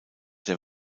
der